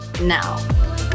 now